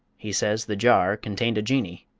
he says the jar contained a jinnee